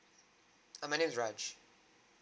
err my name is raj